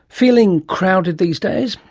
feeling crowded these days?